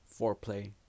foreplay